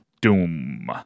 Doom